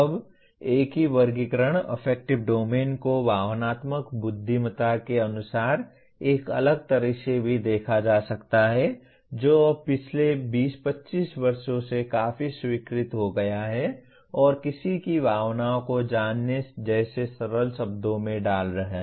अब एक वही वर्गीकरण अफेक्टिव डोमेन को भावनात्मक बुद्धिमत्ता के अनुसार एक अलग तरीके से भी देखा जा सकता है जो अब पिछले 20 25 वर्षों से काफी स्वीकृत हो गया है और किसी की भावनाओं को जानने जैसे सरल शब्दों में डाल रहा है